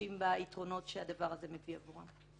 מרגישים ביתרונות שהדבר הזה מביא עבורם.